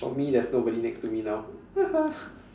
for me there's nobody next to me now